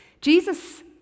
Jesus